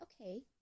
okay